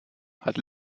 hat